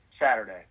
Saturday